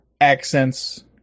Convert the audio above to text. accents